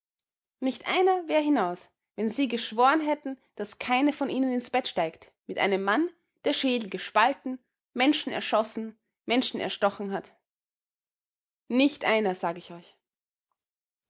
nicht einer wär hinaus wenn sie geschworen hätten daß keine von ihnen ins bett steigt mit einem mann der schädel gespalten menschen erschossen menschen erstochen hat nicht einer sag ich euch